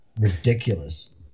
ridiculous